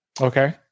Okay